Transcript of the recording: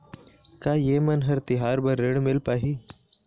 का ये म हर तिहार बर ऋण मिल पाही?